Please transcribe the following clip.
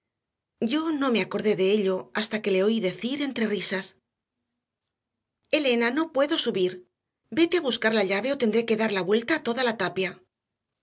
yo no me acordé de ello hasta que le oí decir entre risas elena no puedo subir vete a buscar la llave o tendré que dar la vuelta a toda la tapia